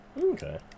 okay